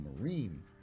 marine